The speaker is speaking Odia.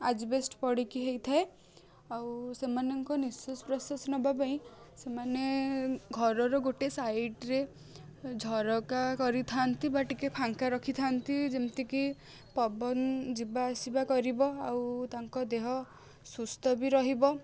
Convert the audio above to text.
ଆଜବେଷ୍ଟ ପଡ଼ିକି ହେଇଥାଏ ଆଉ ସେମାନଙ୍କ ନିଃଶ୍ୱାସ ପ୍ରଶ୍ୱାସ ନବାପାଇଁ ସେମାନେ ଘରର ଗୋଟେ ସାଇଟରେ ଝରକା କରିଥାନ୍ତି ବା ଟିକେ ଫାଙ୍କା ରଖିଥାନ୍ତି ଯେମତିକି ପବନ ଯିବା ଆସିବା କରିବ ଆଉ ତାଙ୍କ ଦେହ ସୁସ୍ଥ ବି ରହିବ